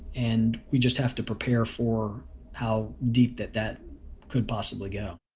and we just have to prepare for how deep that that could possibly go